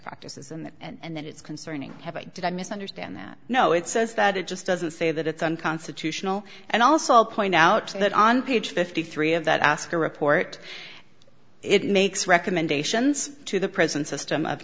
practices and that and that it's concerning have i did i misunderstand that no it says that it just doesn't say that it's unconstitutional and also point out that on page fifty three dollars of that ask your report it makes recommendations to the prison system of